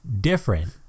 different